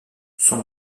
son